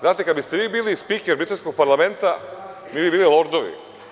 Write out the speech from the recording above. Znate, kada biste vi bili spiker britanskog parlamenta, mi bi bili lordovi.